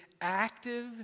active